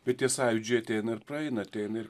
bet tie sąjūdžiai ateina ir praeina ateina ir